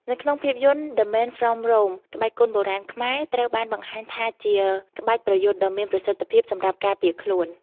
នៅក្នុងភាពយន្ត "The Man from Rome" ក្បាច់គុនបុរាណខ្មែរត្រូវបានបង្ហាញថាជាក្បាច់ប្រយុទ្ធដ៏មានប្រសិទ្ធភាពសម្រាប់ការពារខ្លួន។